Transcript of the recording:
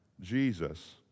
Jesus